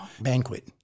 banquet